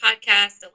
podcast